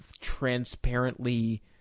transparently